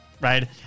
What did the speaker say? right